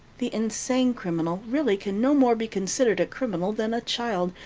the insane criminal really can no more be considered a criminal than a child,